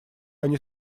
они